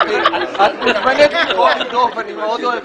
את צריכה לבוא ולומר